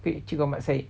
eh cikgu ahmad said